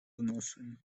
nosem